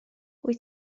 wyt